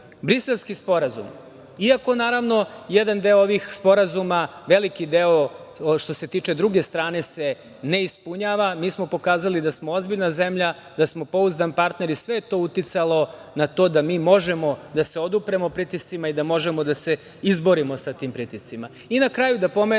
Srbije. Briselski sporazum. Iako naravno jedan deo ovih sporazuma, veliki deo što se tiče druge strane se ne ispunjava, mi smo pokazali da smo ozbiljna zemlja, da smo pouzdan partner i sve je to uticalo na to da mi možemo da se odupremo pritiscima i da možemo da se izborimo sa tim pritiscima. Na